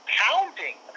pounding